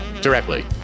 directly